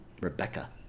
Rebecca